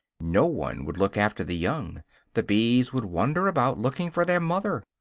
no one would look after the young the bees would wander about looking for their mother,